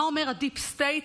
מה אומר הדיפ סטייט?